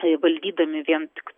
įvaldydami vien tik